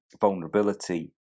vulnerability